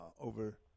over